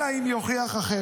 אלא אם כן יוכיח אחרת.